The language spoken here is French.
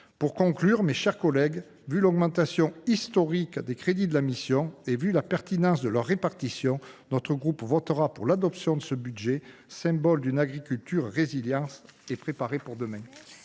Pour conclure, vu l’augmentation historique des crédits de la mission et la pertinence de leur répartition, le groupe RDPI votera pour l’adoption de ce budget, symbole d’une agriculture résiliente et préparée pour